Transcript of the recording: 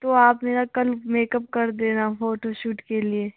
तो आप मेरा कल मैकअप कर देना फोटोशूट के लिए